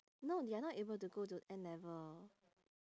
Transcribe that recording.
no they are not able to go to N-level